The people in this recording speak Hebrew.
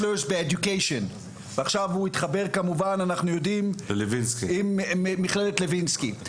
ועכשיו הוא התחבר עם מכללת לוינסקי.